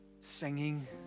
singing